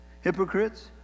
Hypocrites